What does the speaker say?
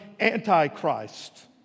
Antichrist